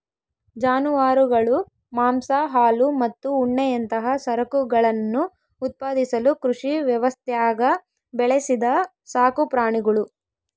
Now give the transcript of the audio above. ಜಾನುವಾರುಗಳು ಮಾಂಸ ಹಾಲು ಮತ್ತು ಉಣ್ಣೆಯಂತಹ ಸರಕುಗಳನ್ನು ಉತ್ಪಾದಿಸಲು ಕೃಷಿ ವ್ಯವಸ್ಥ್ಯಾಗ ಬೆಳೆಸಿದ ಸಾಕುಪ್ರಾಣಿಗುಳು